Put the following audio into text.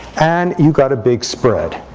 and you got a big spread.